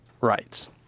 rights